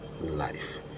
life